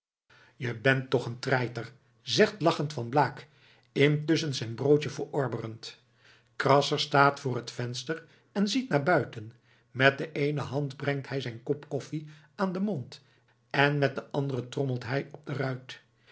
je bent toch een traiter zegt lachend van blaak intusschen zijn broodje verorberend krasser staat voor het venster en ziet naar buiten met de eene hand brengt hij zijn kop koffie aan den mond en met de andere trommelt hij